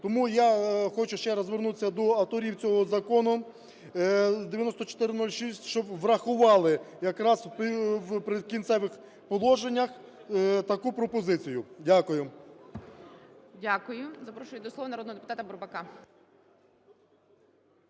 Тому я хочу ще раз звернутися до авторів цього Закону 9406, щоб врахували якраз в "Прикінцевих положеннях" таку пропозицію. Дякую. ГОЛОВУЮЧИЙ. Дякую. Запрошую до слова народного депутата Бурбака.